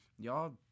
Y'all